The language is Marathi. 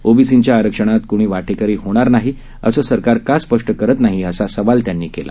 ओबीसींच्या आरक्षणात कृणी वाटेकरी होणार नाही असं सरकार का स्पष्ट करत नाही असा सवाल त्यांनी केला